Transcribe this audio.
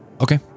Okay